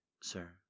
sir